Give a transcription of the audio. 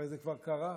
הרי זה כבר קרה,